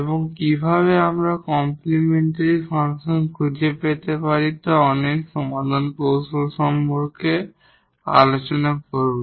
এবং কিভাবে আমরা কমপ্লিমেন্টরি ফাংশন খুঁজে পেতে অনেক সমাধান কৌশল আলোচনা করব